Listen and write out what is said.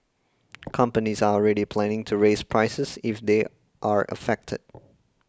companies are already planning to raise prices if they are affected